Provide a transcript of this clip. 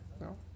No